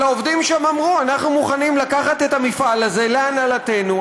אבל העובדים שם אמרו: אנחנו מוכנים לקחת את המפעל הזה להנהלתנו,